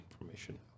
information